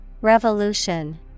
Revolution